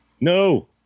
No